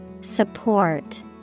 Support